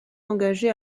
engagé